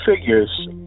figures